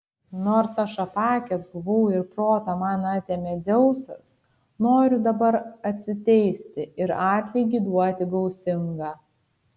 nors aš apakęs buvau ir protą man atėmė dzeusas noriu dabar atsiteisti ir atlygį duoti gausingą